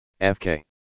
fk